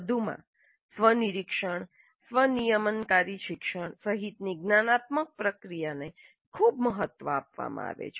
વધુમાં સ્વ નિરીક્ષણ સ્વ નિયમનકારી શિક્ષણ સહિતની જ્ઞાનાત્મક પ્રક્રિયાને ખૂબ મહત્વ આપવામાં આવે છે